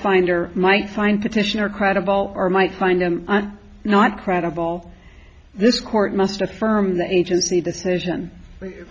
finder might find petitioner credible or might find not credible this court must affirm the agency decision